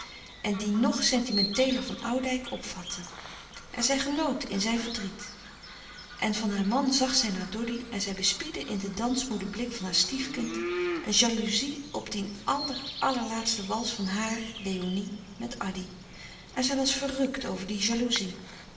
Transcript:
en die nog sentimenteeler van oudijck opvatte en zij genoot in zijn verdriet en van haar louis couperus de stille kracht man zag zij naar doddy en zij bespiedde in den dansmoeden blik van haar stiefkind een jalouzie op dien aller allerlaatsten wals van haar léonie met addy en zij was verrukt over die jalouzie